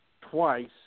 twice